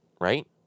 right